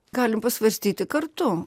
galim pasvarstyti kartu